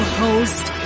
host